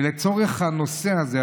ולצורך הנושא הזה,